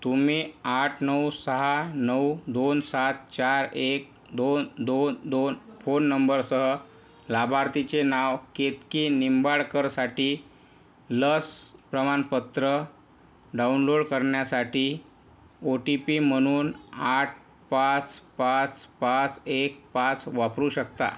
तुम्ही आठ नऊ सहा नऊ दोन सात चार एक दोन दोन दोन फोन नंबरसह लाभार्थीचे नाव केतकी निंबाळकरसाठी लस प्रमाणपत्र डाऊनलोळ करण्यासाठी ओ टी पी म्हणून आठ पाच पाच पाच एक पाच वापरू शकता